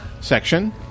section